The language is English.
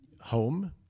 home